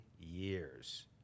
years